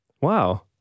Wow